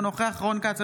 אינו נוכח רון כץ,